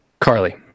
Carly